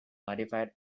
modified